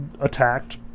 attacked